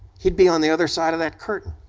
he'd be on the other side of that curtain.